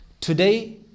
Today